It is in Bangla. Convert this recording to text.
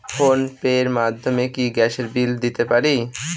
ফোন পে র মাধ্যমে কি গ্যাসের বিল দিতে পারি?